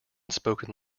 spoken